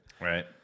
Right